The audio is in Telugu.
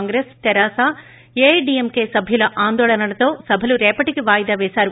కాంగ్రెస్ తెరాస ఏఐడీఎంకే సభ్యుల ఆందోళనలతో సభలు రేపటికి వాయిదా పేశారు